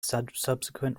subsequent